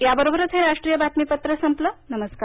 या बरोबरच हे राष्ट्रीय बातमीपत्र संपलं नमस्कार